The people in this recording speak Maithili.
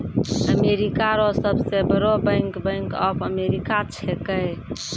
अमेरिका रो सब से बड़ो बैंक बैंक ऑफ अमेरिका छैकै